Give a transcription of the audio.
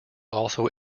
also